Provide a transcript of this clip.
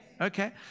Okay